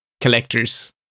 collectors